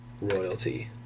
royalty